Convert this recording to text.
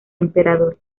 emperador